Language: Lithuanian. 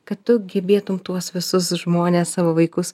kad tu gebėtum tuos visus žmones savo vaikus